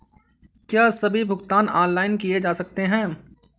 क्या सभी भुगतान ऑनलाइन किए जा सकते हैं?